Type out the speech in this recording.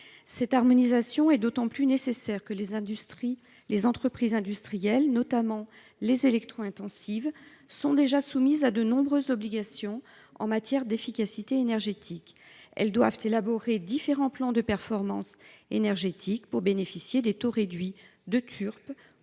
Cette harmonisation est d’autant plus nécessaire que les entreprises industrielles, notamment les électro intensives, sont déjà soumises à de nombreuses obligations en matière d’efficacité énergétique. De fait, elles doivent élaborer différents plans de performance énergétique pour bénéficier de taux réduits